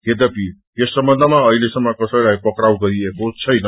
यथपि यस सम्बन्यमा अहिलेसम्म कसैलाई पक्राउ गरिएको छैन